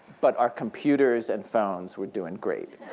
but our computers and phones, we're doing great.